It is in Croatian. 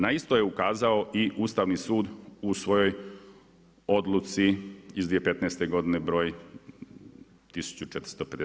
Na isto je ukazao i Ustavni sud u svojoj odluci iz 2015. godine 1451.